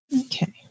Okay